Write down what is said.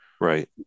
Right